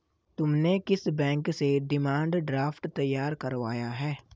तुमने किस बैंक से डिमांड ड्राफ्ट तैयार करवाया है?